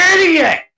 idiot